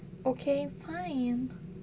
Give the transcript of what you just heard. okay fine